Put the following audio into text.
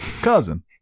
Cousin